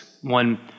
one